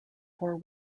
four